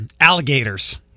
Alligators